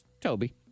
Toby